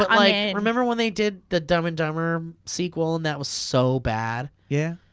i mean remember when they did the dumb and dumber sequel, and that was so bad? yeah.